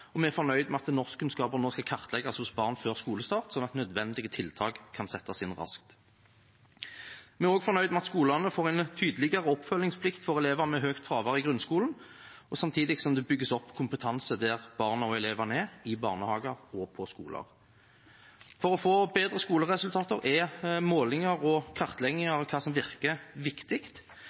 vi har i dag. Vi er fornøyd med at norskkunnskaper nå skal kartlegges hos barn før skolestart, slik at nødvendige tiltak kan settes inn raskt. Vi er også fornøyd med at skolene får en tydeligere oppfølgingsplikt for elever med høyt fravær i grunnskolen, samtidig som det bygges opp kompetanse der barna og elevene er – i barnehager og på skoler. For å få bedre skoleresultater er målinger og kartlegginger av hva som virker, viktig.